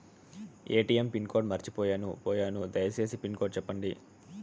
ATM pin code మర్చిపోయాను పోయాను దయసేసి పిన్ కోడ్ సెప్పండి?